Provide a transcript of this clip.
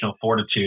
fortitude